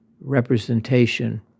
representation